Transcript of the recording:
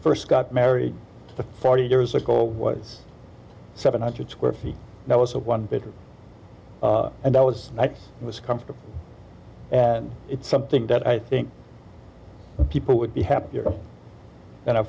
first got married forty years ago was seven hundred square feet that was a one bedroom and that was it was comfortable and it's something that i think people would be happier